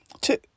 Two